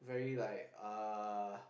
very like uh